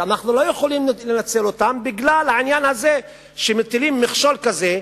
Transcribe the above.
שאנו לא יכולים לנצל אותן, כי מטילים מכשול כזה,